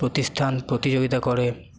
প্রতিষ্ঠান প্রতিযোগিতা করে